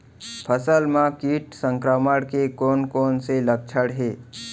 फसल म किट संक्रमण के कोन कोन से लक्षण हे?